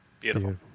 Beautiful